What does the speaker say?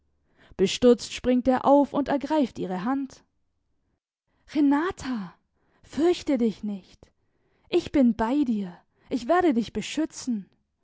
bestürzt springt er auf und ergreift ihre hand renata fürchte dich nicht ich hin bei dir ich werde dich beschützen